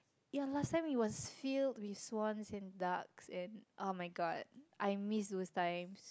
ya last time it was filled with swans and duck then oh-my-god I miss those times